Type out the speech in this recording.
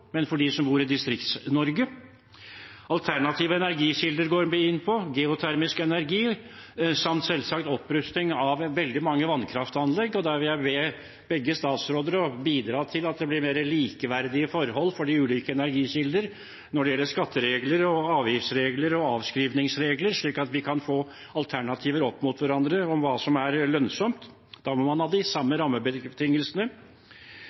men for dem som bor i Distrikts-Norge. Alternative energikilder går man inn på, geotermisk energi samt selvsagt opprustning av veldig mange vannkraftanlegg. Der vil jeg be begge statsråder bidra til at det blir mer likeverdige forhold for de ulike energikilder når det gjelder skatteregler og avgiftsregler og avskrivningsregler, slik at vi kan få alternativer opp mot hverandre om hva som er lønnsomt. Da må man ha de